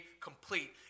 complete